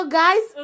guys